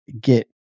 get